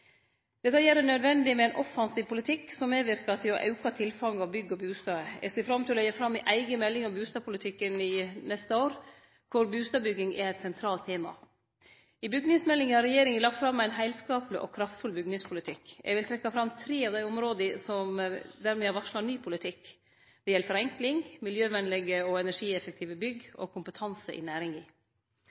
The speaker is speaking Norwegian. Dette gjer det nødvendig med ein offensiv politikk som medverkar til å auke tilfanget av bygg og bustader. Eg ser fram til å leggje fram ei eiga melding om bustadpolitikken neste år, kor bustadbygging er eit sentralt tema. I bygningsmeldinga har regjeringa lagt fram ein heilskapleg og kraftfull bygningspolitikk. Eg vil no trekkje fram tre av dei områda der me har varsla ny politikk. Det gjeld forenkling miljøvenlege og energieffektive bygg kompetanse i næringa.